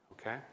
okay